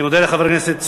אני מודה לחבר הכנסת סוייד,